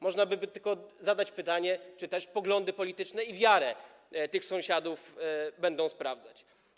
Można by tylko zadać pytanie, czy też poglądy polityczne i wiarę tych sąsiadów będą sprawdzać.